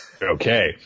Okay